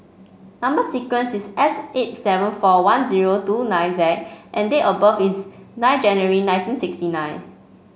number sequence is S eight seven four one zero two nine Z and date of birth is nine January nineteen sixty nine